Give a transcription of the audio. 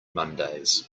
mondays